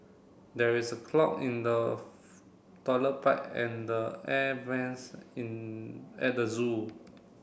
there is a clog in the toilet pipe and the air vents in at the zoo